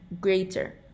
greater